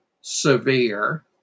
severe